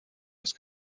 است